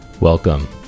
Welcome